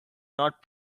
not